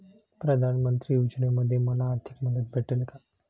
प्रधानमंत्री योजनेमध्ये मला आर्थिक मदत भेटेल का?